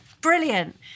brilliant